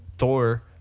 Thor